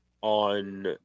on